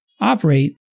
operate